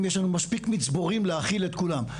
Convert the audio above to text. יש לנו מספיק מצבורים להאכיל את כולם,